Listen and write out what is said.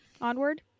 Onward